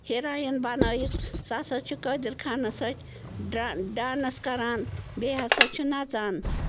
heroin بنٲوِتھ سُہ سا چھُ قٲدر خانس سۭتۍ ڈرا ڈانٕس کَران بیٚیہِ ہَسا چھُ نَژان